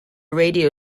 radio